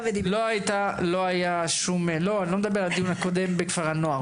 אני לא מדבר על הדיון הקודם על כפרי הנוער.